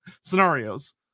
scenarios